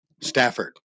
Stafford